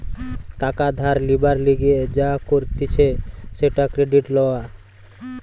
টাকা ধার লিবার লিগে যা করতিছে সেটা ক্রেডিট লওয়া